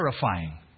terrifying